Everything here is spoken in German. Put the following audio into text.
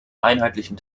einheitlichen